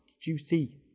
Juicy